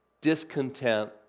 discontent